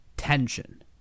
tension